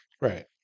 Right